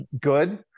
good